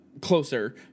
closer